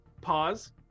Pause